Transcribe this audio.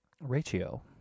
Ratio